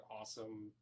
awesome